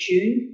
June